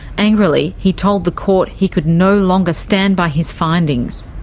angrily, he told the court he could no longer stand by his findings.